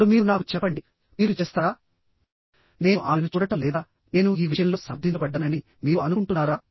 ఇప్పుడు మీరు నాకు చెప్పండి మీరు చేస్తారా నేను ఆమెను చూడటం లేదా నేను ఈ విషయంలో సమర్థించబడ్డానని మీరు అనుకుంటున్నారా